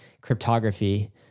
cryptography